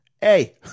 hey